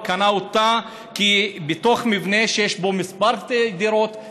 הוא קנה אותה בתוך מבנה שיש בו כמה דירות,